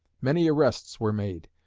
many arrests were made.